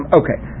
okay